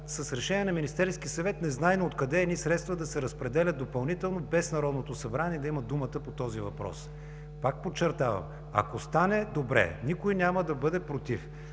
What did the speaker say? с решение на Министерския съвет, незнайно откъде, едни средства да се разпределят допълнително, без Народното събрание да има думата по този въпрос? Пак подчертавам: ако стане – добре, никой няма да бъде против.